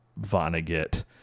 vonnegut